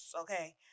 okay